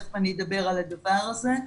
ותיכף אני אדבר על הדבר הזה,